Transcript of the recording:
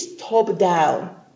top-down